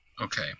Okay